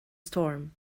storm